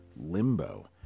limbo